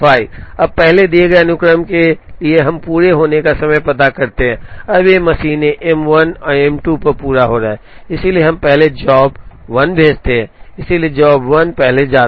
अब पहले दिए गए अनुक्रम के लिए हम पूरा होने का समय पता करते हैं अब ये मशीनें M 1 और M 2 पर पूरा हो रहे हैं इसलिए हम पहले जॉब 1 भेजते हैं इसलिए जॉब J 1 पहले जाता है